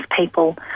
people